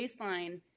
baseline